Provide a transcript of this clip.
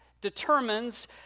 determines